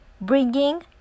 bringing